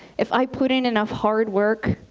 if i put in enough hard work,